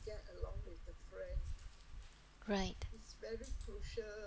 right